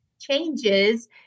changes